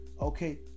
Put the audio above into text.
okay